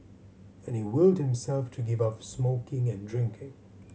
and he willed himself to give up smoking and drinking